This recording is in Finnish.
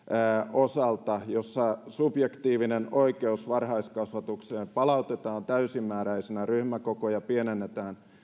osalta jossa subjektiivinen oikeus varhaiskasvatukseen palautetaan täysimääräisenä ja ryhmäkokoja pienennetään